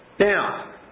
Now